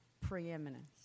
preeminence